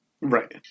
Right